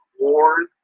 wars